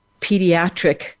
pediatric